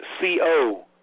C-O